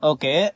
Okay